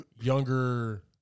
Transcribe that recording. younger